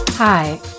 Hi